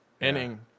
inning